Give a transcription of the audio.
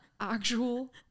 actual